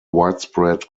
widespread